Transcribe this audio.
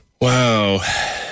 Wow